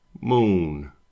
Moon